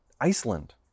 Iceland